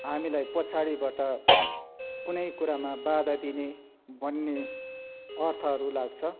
हामीलाई पछाडिबाट कुनै कुरामा बाधा दिने भन्ने अर्थहरू लाग्छ